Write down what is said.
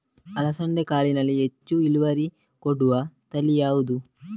ಅಲಸಂದೆ ಕಾಳಿನಲ್ಲಿ ಹೆಚ್ಚು ಇಳುವರಿ ಕೊಡುವ ತಳಿ ಯಾವುದು?